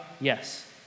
Yes